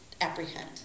apprehend